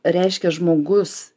reiškia žmogus